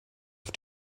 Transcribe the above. auf